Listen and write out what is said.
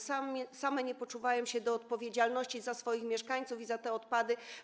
Same nie poczuwają się do odpowiedzialności za swoich mieszkańców i za te odpady.